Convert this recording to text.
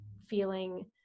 feeling